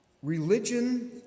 religion